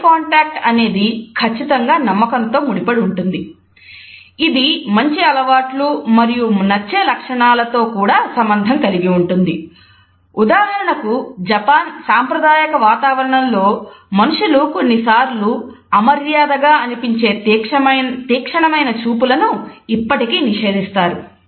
I contact సాంప్రదాయక వాతావరణంలో మనుషులు కొన్నిసార్లు అమర్యాదగా అనిపించే తీక్షణమైన చూపులు ఇప్పటికీ నిషేధిస్తారు